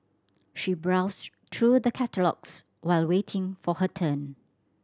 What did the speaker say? she browsed through the catalogues while waiting for her turn